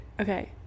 Okay